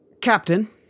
Captain